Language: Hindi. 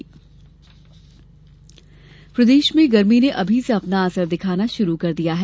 मौसम प्रदेश में गर्मी ने अभी से अपना असर दिखाना शुरू कर दिया है